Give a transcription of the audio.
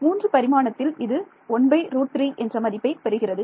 மூன்று பரிமாணத்தில் இது 1√3 என்ற மதிப்பைப் பெறுகிறது